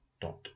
dot